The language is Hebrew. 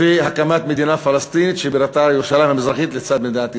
והקמת מדינה פלסטינית שבירתה ירושלים המזרחית לצד מדינת ישראל.